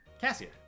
Cassia